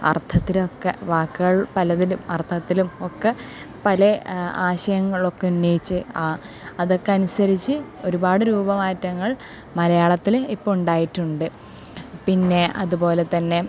അർത്ഥത്തിലുമൊക്കെ വാക്കുകൾ പലതിലും അർത്ഥത്തിലും ഒക്കെ പല ആശയങ്ങളൊക്കെ ഉന്നയിച്ച് ആ അതൊക്കെ അനുസരിച്ച് ഒരുപാട് രൂപമാറ്റങ്ങൾ മലയാളത്തില് ഇപ്പോൾ ഉണ്ടായിട്ടുണ്ട് പിന്നെ അതുപോലെ തന്നെ